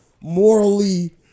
Morally